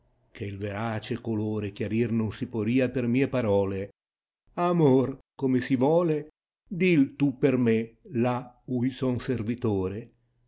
che m verace colore chiarir non si poria per mie parole amor come si vole dil tu per me là u io son servitore